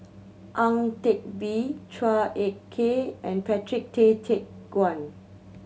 Ang Teck Bee Chua Ek Kay and Patrick Tay Teck Guan